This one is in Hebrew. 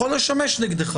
יכול לשמש נגדו.